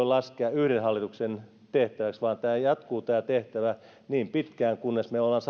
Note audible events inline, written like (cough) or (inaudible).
(unintelligible) laskea yhden hallituksen tehtäväksi vaan tämä tehtävä jatkuu niin pitkään kunnes me olemme (unintelligible)